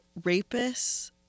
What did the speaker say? rapists